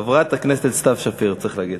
חברת הכנסת סתיו שפיר צריך להגיד.